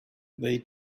they